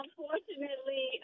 Unfortunately